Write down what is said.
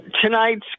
tonight's